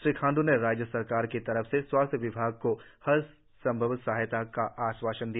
श्री खांड़ ने राज्य सरकार की तरफ से स्वास्थ्य विभाग को हर संभव सहयोग का आश्वासन दिया